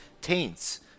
taints